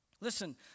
Listen